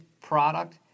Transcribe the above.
product